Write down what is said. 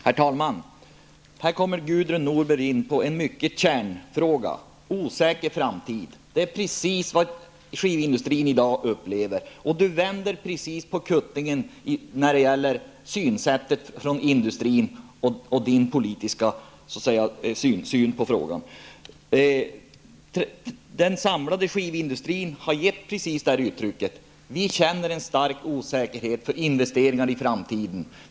Herr talman! Här kommer Gudrun Norberg in på en kärnfråga: en osäker framtid. Det är precis vad skivindustrin i dag upplever. Gudrun Norberg vänder på kuttingen när det gäller industrins synsätt och hennes politiska syn på frågan. Den samlade skivindustrin har uttryckt det så här: Vi känner en stark osäkerhet inför investeringar i framtiden.